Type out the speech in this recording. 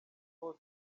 hose